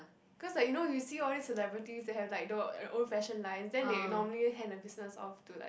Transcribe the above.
cause like you know you see all these celebrities they have like the uh own fashion lines then they normally hand their business off to like